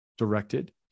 directed